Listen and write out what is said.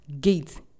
gate